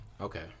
Okay